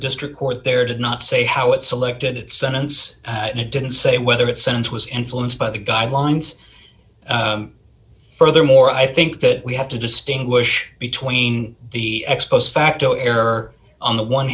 district court there did not say how it selected sentence and it didn't say whether it sent was influenced by the guidelines furthermore i think that we have to distinguish between the ex post facto error on the one